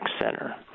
Center